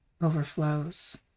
overflows